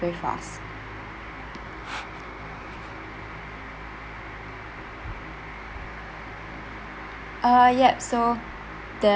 very fast uh yup so the